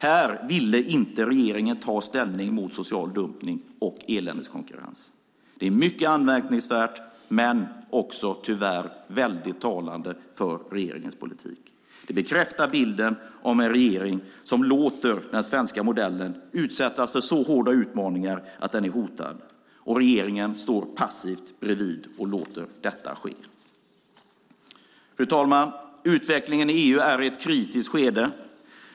Här ville inte regeringen ta ställning mot social dumpning och eländeskonkurrens. Det är mycket anmärkningsvärt men tyvärr också väldigt talande för regeringens politik. Det bekräftar bilden av en regering som låter den svenska modellen utsättas för så hårda utmaningar att den är hotad. Regeringen står passivt bredvid och låter detta ske. Fru talman! Utvecklingen i EU är i ett kritiskt skede.